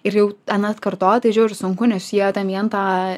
ir jau ten atkartot tai žiauriai sunku nes jie ten vien tą